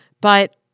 But-